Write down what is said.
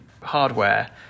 hardware